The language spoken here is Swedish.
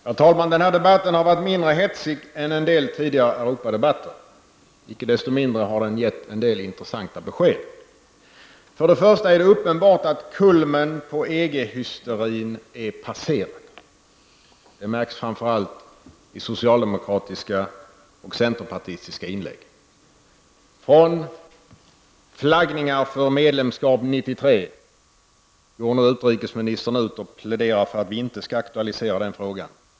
Herr talman! Den här debatten har varit mindre hetsig än en del tidigare Europadebatter. Icke desto mindre har den en del intressanta besked. För det första är det uppenbart att kulmen på EG hysterin är passerad, vilket märks framför allt i socialdemokratiska och centerpartistiska inlägg. Från flaggningar för medlemskap 1993 går nu utrikesministern ut och pläderar för att vi inte skall aktualisera den frågan.